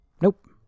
Nope